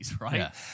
right